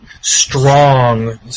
strong